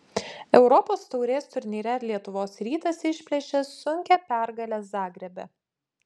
europos taurės turnyre lietuvos rytas išplėšė sunkią pergalę zagrebe